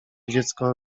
dziecko